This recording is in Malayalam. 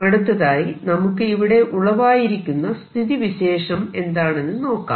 അടുത്തതായി നമുക്ക് ഇവിടെ ഉളവായിരിക്കുന്ന സ്ഥിതിവിശേഷം എന്താണെന്ന് നോക്കാം